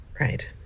Right